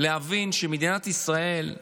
להבין שמדינת ישראל,